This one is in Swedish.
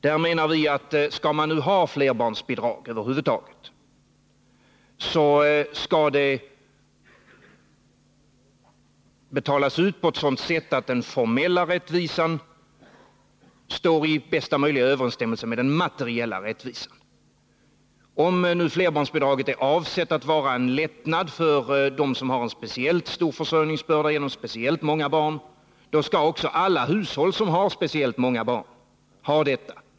Vi menar att skall man nu ha flerbarnsbidrag över huvud taget, så skall det betalas ut på ett sådant sätt att den formella rättvisan står i bästa möjliga överensstämmelse med den materiella rättvisan. Om flerbarnsbidraget är avsett att vara en lättnad för dem som har speciellt stor försörjningsbörda genom speciellt många barn, då skall också alla hushåll som har speciellt många barn ha detta bidrag.